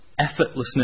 effortlessness